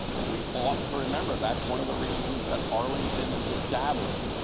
and we ought to remember that's one of the reasons that arlington is established.